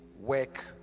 work